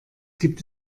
gibt